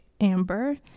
Amber